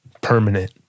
permanent